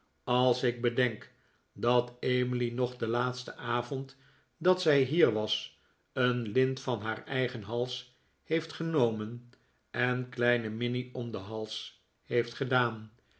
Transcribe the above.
als ik bedenk dat emily nog den laatsten avond dat zij hier was een lint van haar eigen hals heeft genomen en kleine minnie om den hals heeft gedaan